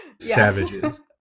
Savages